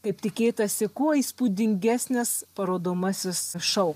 kaip tikėtasi kuo įspūdingesnis parodomasis šou